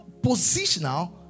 positional